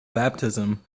baptism